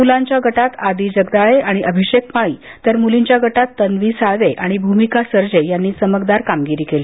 मुलांच्या गटात आदी जगदाऴे आणि अभिषेक माळी तर मुलींच्या गटात तन्वी साळवे आणि भुमिका सर्जे यांनी चमकदार कामगिरी केली